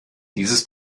dieses